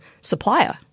supplier